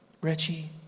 Richie